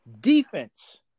Defense